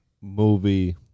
movie